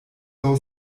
laŭ